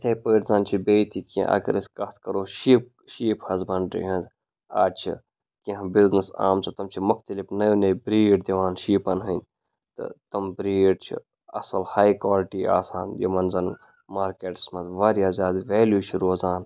یِتھے پٲٹھۍ زَن چھِ بیٚیہِ تہِ کینٛہہ اگر أسۍ کَتھ کَرو شیٖپ شیٖپ ہَسبَنڈری ہٕنٛز آز چھِ کینٛہہ بِزنٮ۪س آمژٕ تم چھِ مُختلِف نٔے نٔے بریٖڈ دِوان شیٖپَن ہٕنٛدۍ تہٕ تٕم برٛیٖڈ چھِ اَصٕل ہاے کالٹی آسان یِمَن زَن مارکیٹَس منٛز واریاہ زیادٕ ویلیوٗ چھِ روزان